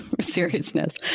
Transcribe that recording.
seriousness